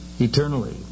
eternally